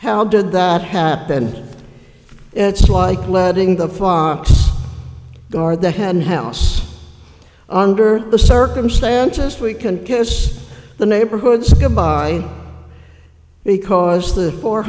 how did that happen it's like letting the far guard the henhouse under the circumstances we can kiss the neighborhoods goodbye because the four